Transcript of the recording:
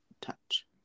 touch